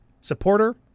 supporter